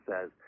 says